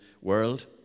world